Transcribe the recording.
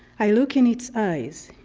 i look in its eyes,